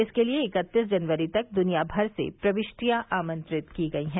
इसके लिए इक्कतीस जनवरी तक द्वनिया भर से प्रविष्टियां आमंत्रित की गई हैं